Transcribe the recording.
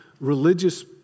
religious